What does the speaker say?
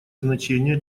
значение